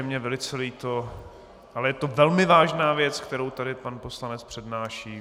Je mně velice líto, ale je to velmi vážná věc, kterou tady pan poslanec přednáší.